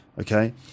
Okay